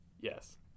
Yes